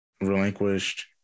relinquished